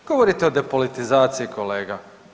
Govorite o depolitizaciji, kolega.